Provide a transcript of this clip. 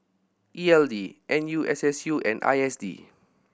E L D N U S S U and I S D